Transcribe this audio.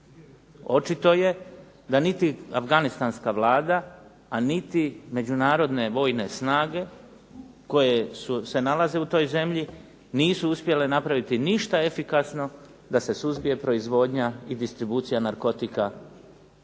Očito je da niti afganistanska Vlada, a niti međunarodne vojne snage koje se nalaze u toj zemlji nisu uspjele napraviti ništa efikasno da se suzbije proizvodnja i distribucija narkotika koji